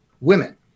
women